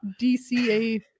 DCA